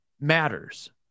matters